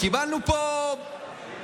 קיבלנו פה הסבר,